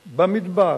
במדבר,